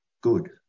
good